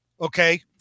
okay